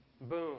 Boom